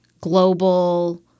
global